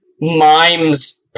mimes